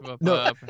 no